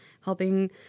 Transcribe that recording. helping